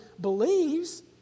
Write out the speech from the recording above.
believes